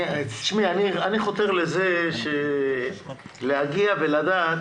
אני חותר לזה שנגיע ונדע.